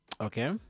okay